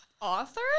Author